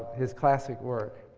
his classic work,